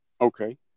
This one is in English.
Okay